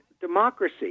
democracy